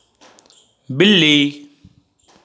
बिल्ली